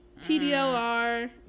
TDLR